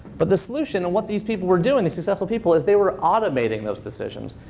but the solution, and what these people were doing, these successful people, is they were automating those decisions.